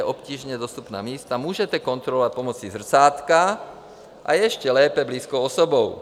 Obtížně dostupná místa můžete kontrolovat pomocí zrcátka, a ještě lépe blízkou osobou.